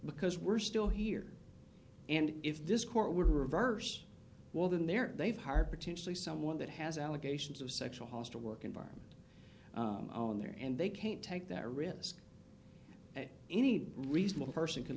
because we're still here and if this court were to reverse well then they're they've hired potentially someone that has allegations of sexual hostile work environment in there and they can't take that risk any reasonable person could